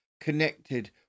connected